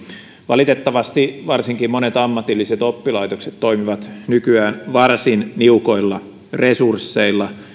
valitettavasti varsinkin monet ammatilliset oppilaitokset toimivat nykyään varsin niukoilla resursseilla